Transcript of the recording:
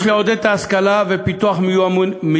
יש לעודד את ההשכלה ואת פיתוח המיומנויות